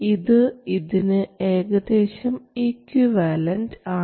ഇത് ഇതിന് ഏകദേശം ഇക്വിവാലന്റ് ആണ്